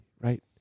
right